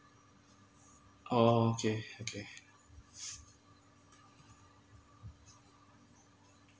oh okay okay